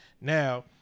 Now